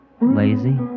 lazy